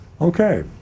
Okay